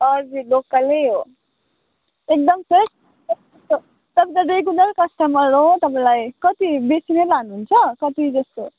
हजुर लोकलै हो एकदम फ्रेस छ त तपाईँ त रेगुलर कस्टमर हो तपाईँलाई कति बेसी नै लानुहुन्छ कति जस्तो